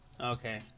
Okay